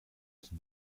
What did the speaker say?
qui